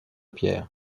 pierre